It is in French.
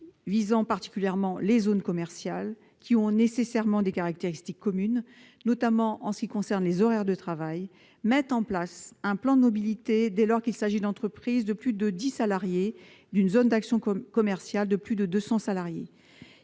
-sont particulièrement visées les zones commerciales, qui ont nécessairement des caractéristiques communes, notamment en ce qui concerne les horaires de travail -, mettent en place un plan de mobilité dès lors qu'il s'agit d'entreprises de plus de 10 salariés relevant d'une zone d'aménagement concerté regroupant plus de 200 salariés.